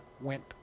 went